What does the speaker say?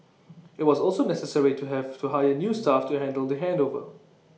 IT was also necessary to hear for to hire new staff to handle the handover